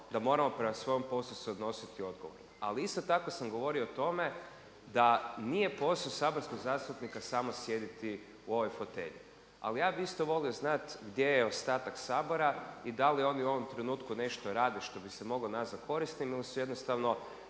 da moramo prema svom poslu se odnositi odgovorno. Ali isto tako sam govorio o tome da nije posao saborskog zastupnika samo sjediti u ovoj fotelji. Ali ja bi isto volio znati gdje je ostatak sabora i da li oni u ovom trenutku nešto rade što bi se moglo nazvati korisnima ili su jednostavno